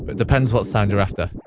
but depends what sound you're after.